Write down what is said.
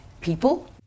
people